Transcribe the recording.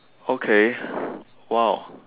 okay !wow!